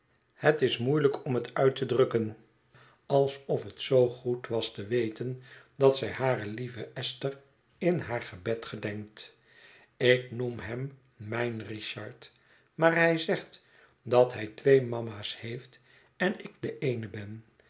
het is moeielijk om het uit te drukken alsof het zoo goed was te weten dat zij hare lieve esther in haar gebed gedenkt ik noem hem mijn richard maar hij zegt dat hij twee mama's heeft en ik de eene ben